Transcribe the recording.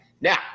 Now